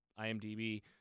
IMDb